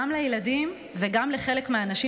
גם לילדים וגם לחלק מהנשים,